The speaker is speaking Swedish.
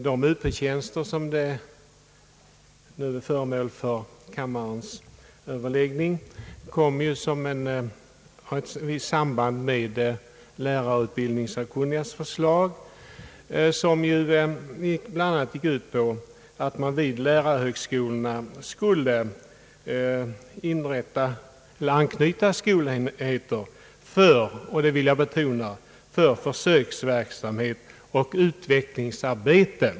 De Up-tjänster som nu är föremål för kammarens överläggning har ett visst samband med lärarutbild ningssakkunnigas förslag, som bland annat gick ut på att till lärarhögskolorna skulle knytas skolenheter för — och det vill jag betona — försöksverksamhet och utvecklingsarbete.